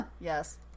Yes